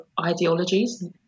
ideologies